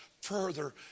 further